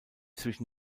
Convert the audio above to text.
zwischen